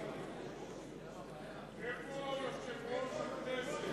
איפה יושב-ראש הכנסת?